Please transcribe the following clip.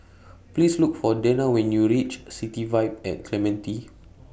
Please Look For Dena when YOU REACH City Vibe At Clementi